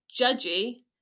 judgy